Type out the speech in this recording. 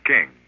King